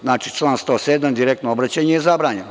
Znači, član 107 – direktno obraćanje je zabranjeno.